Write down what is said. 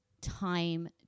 time